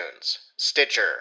Stitcher